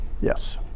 yes